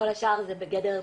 כל השאר זה בגדר בחירה,